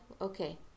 okay